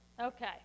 Okay